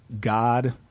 God